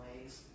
ways